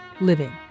Living